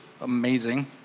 amazing